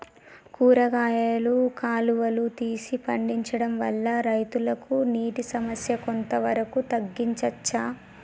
కూరగాయలు కాలువలు తీసి పండించడం వల్ల రైతులకు నీటి సమస్య కొంత వరకు తగ్గించచ్చా?